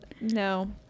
No